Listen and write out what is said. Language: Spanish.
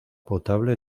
potable